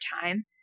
time